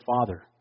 Father